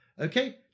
okay